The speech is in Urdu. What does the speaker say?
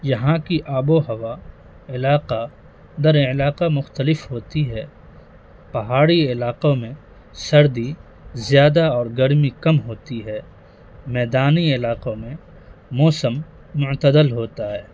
یہاں کی آب و ہوا علاقہ در علاقہ مختلف ہوتی ہے پہاڑی علاقوں میں سردی زیادہ اور گرمی کم ہوتی ہے میدانی علاقوں میں موسم معتدل ہوتا ہے